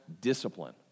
discipline